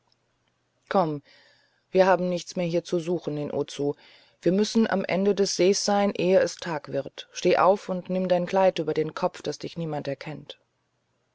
komm wir haben nichts mehr hier zu suchen in ozu wir müssen am ende des sees sein ehe es tag wird steh auf und nimm dein kleid über den kopf daß dich niemand erkennt